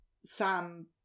Sam